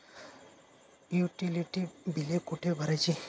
Utility बिले कुठे भरायची?